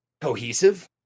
cohesive